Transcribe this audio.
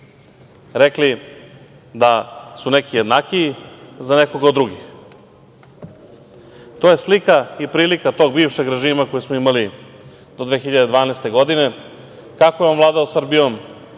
rekli da su neki jednakiji za nekoga od drugih. To je slika i prilika tog bivšeg režima koje smo imali do 2012. godine, kako je on vladao Srbijom